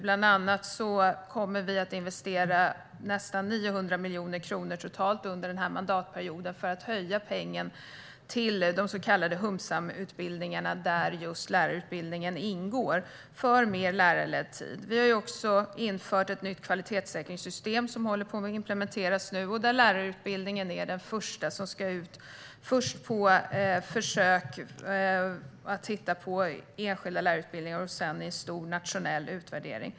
Bland annat kommer vi att investera totalt nästan 900 miljoner kronor under den här mandatperioden för att höja pengen till de så kallade humsamutbildningarna, där just lärarutbildningen ingår, för mer lärarledd tid. Vi har också infört ett nytt kvalitetssäkringssystem som nu håller på att implementeras och där lärarutbildningen är den första som ska få försök med enskilda lärarutbildningar. Sedan ska det göras en stor nationell utvärdering.